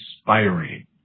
inspiring